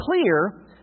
clear